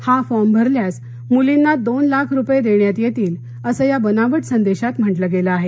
हा फॉर्म भरल्यास मुलींना दोन लाख रुपये देण्यात येतील असं या बनावट संदेशात म्हंटल गेलं आहे